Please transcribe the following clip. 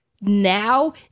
Now